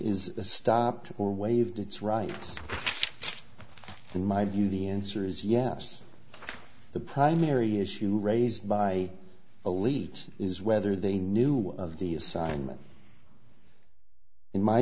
is stopped or waived its right in my view the answer is yes the primary issue raised by elites is whether they knew of the assignment in my